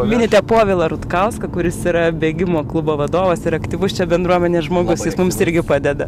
minite povilą rutkauską kuris yra bėgimo klubo vadovas ir aktyvus čia bendruomenės žmogus jis mums irgi padeda